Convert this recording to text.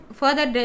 further